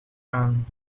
aan